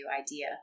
idea